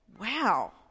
wow